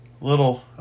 little